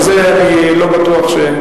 ובזה אני לא בטוח,